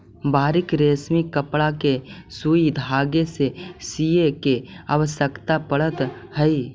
बारीक रेशमी कपड़ा के सुई धागे से सीए के आवश्यकता पड़त हई